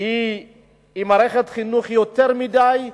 היא מערכת חינוך יותר מדי סגורה,